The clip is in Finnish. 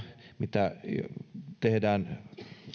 mitä tehdään